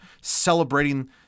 celebrating